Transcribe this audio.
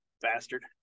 bastard